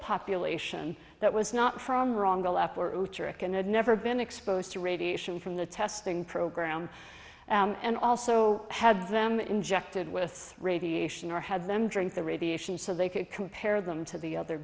population that was not from wrong never been exposed to radiation from the testing program and also had them injected with radiation or had them drink the radiation so they could compare them to the other